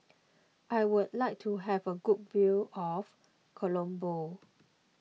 I would like to have a good view of Colombo